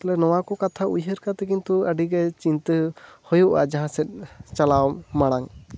ᱛᱟᱦᱚᱞᱮ ᱱᱚᱣᱟ ᱠᱚ ᱠᱟᱛᱷᱟ ᱩᱭᱦᱟᱹᱣ ᱠᱟᱛᱮ ᱠᱤᱱᱛᱩ ᱟᱹᱰᱤ ᱜᱮ ᱪᱤᱱᱛᱟᱹ ᱦᱩᱭᱩᱜᱼᱟ ᱡᱟᱦᱟᱸ ᱥᱮᱫ ᱪᱟᱞᱟᱣ ᱢᱟᱲᱟᱝ